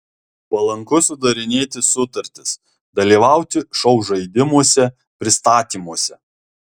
palanku sudarinėti sutartis dalyvauti šou žaidimuose pristatymuose